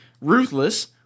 Ruthless